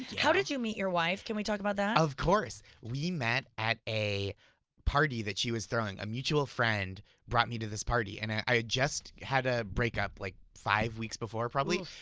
how did you meet your wife? can we talk about that? of course. we met at a party that she was throwing. a mutual friend brought me to this party. and i had just had a break like five weeks before probably.